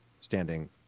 standing